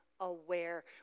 Aware